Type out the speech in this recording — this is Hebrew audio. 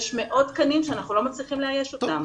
יש מאות תקנים שאנחנו לא מצליחים לאייש אותם,